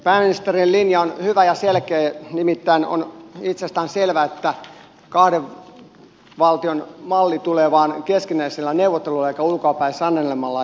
pääministerin linja on hyvä ja selkeä nimittäin on itsestään selvää että kahden valtion malli tulee vain keskinäisillä neuvotteluilla eikä ulkoapäin sanelemalla